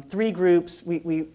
three groups we